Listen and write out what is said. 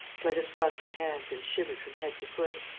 clarisse wrung her hands and shivered from head to foot.